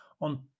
on